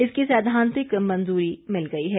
इसकी सैद्वांतिक मंजूरी मिल गई है